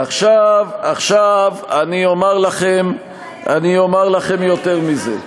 עכשיו, אני אומר לכם יותר מזה: